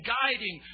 guiding